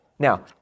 Now